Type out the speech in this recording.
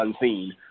unseen